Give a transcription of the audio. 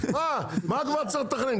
מה כבר צריך לתכנן?